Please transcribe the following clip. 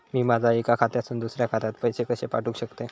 मी माझ्या एक्या खात्यासून दुसऱ्या खात्यात पैसे कशे पाठउक शकतय?